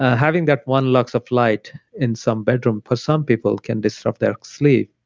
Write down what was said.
having that one lux of light in some bedroom for some people can disrupt their sleep.